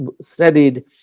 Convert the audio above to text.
studied